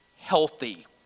healthy